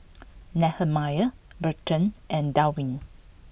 Nehemiah Burton and Dwaine